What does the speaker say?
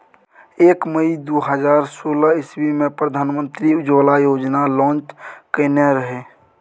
एक मइ दु हजार सोलह इस्बी मे प्रधानमंत्री उज्जवला योजना लांच केने रहय